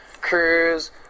cruise